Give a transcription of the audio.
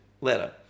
letter